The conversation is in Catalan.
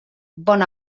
bon